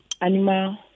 animal